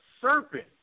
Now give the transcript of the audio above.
serpent